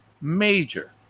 major